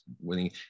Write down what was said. winning